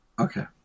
Okay